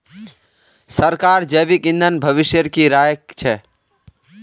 सरकारक जैविक ईंधन भविष्येर की राय छ